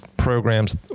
programs